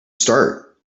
start